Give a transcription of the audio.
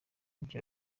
bya